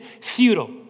futile